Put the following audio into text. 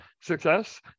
success